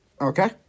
Okay